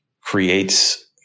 creates